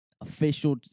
official